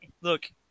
look